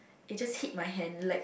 it just hit my hand like